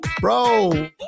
Bro